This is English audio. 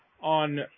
on